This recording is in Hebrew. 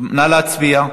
נא להצביע.